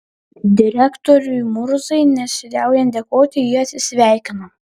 direktoriui murzai nesiliaujant dėkoti ji atsisveikino